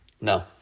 no